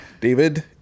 David